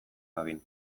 dadin